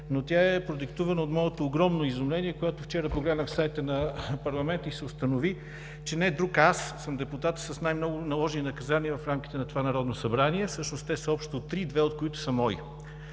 но тя е продиктувана от моето огромно изумление, когато вчера погледнах сайта на парламента и се установи, че не друг, а аз съм депутат с най-много наложени наказания в рамките на това Народно събрание. Всъщност те са общо три, две от които са мои.